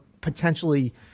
potentially